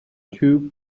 two